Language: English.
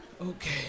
Okay